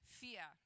fear